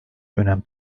önem